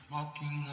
Walking